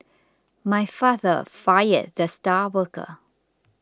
my father fired the star worker